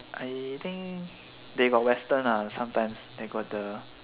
I think they got western lah sometimes they got the